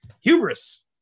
Hubris